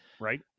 right